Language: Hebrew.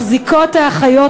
מחזיקות האחיות,